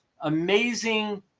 amazing